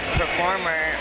performer